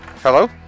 Hello